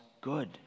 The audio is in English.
good